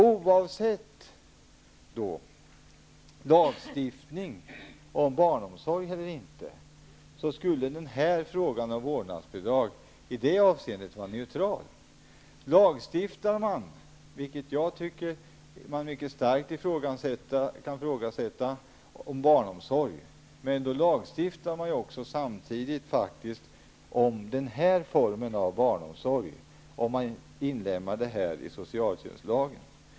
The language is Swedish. Oavsett om vi har lagstiftning om barnomsorg eller inte skulle frågan om vårdnadsbidrag vara neutral i det avseendet. Om man lagstiftar om barnomsorg -- vilket jag tycker att man mycket starkt kan ifrågasätta -- lagstiftar man samtidigt om den här formen av barnomsorg, om man inlemmar det här i socialtjänstlagen.